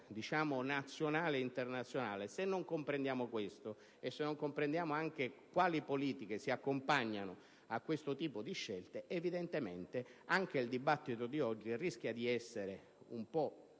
funzione nazionale e internazionale), e se non comprendiamo quali politiche si accompagnano a questo tipo di scelte evidentemente anche il dibattito di oggi rischia di essere un po'